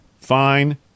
Fine